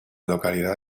localidad